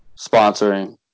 sponsoring